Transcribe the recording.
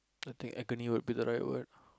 I think agony would be the right word